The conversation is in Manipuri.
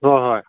ꯍꯣꯏ ꯍꯣꯏ